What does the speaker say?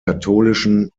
katholischen